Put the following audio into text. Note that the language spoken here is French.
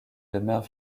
demeure